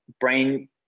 brain